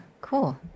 cool